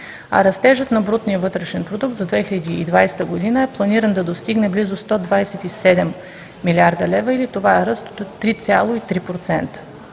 а растежът на брутния вътрешен продукт за 2020 г. е планиран да достигне близо 127 млрд. лв., или това е ръст от 3,3%.